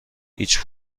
هیچ